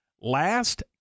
Last